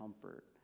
comfort